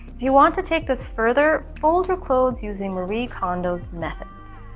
if you want to take this further, fold your clothes using marie kondo's methods.